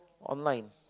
online